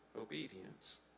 obedience